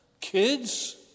Kids